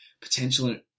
Potential